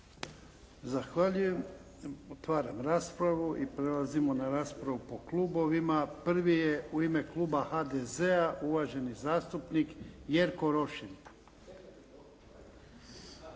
Zahvaljujem. Otvaram raspravu. I prelazimo na raspravu po klubovima. Prvi je u ime kluba HDZ-a uvaženi zastupnik Jerko Rošin.